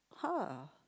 !huh!